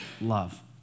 love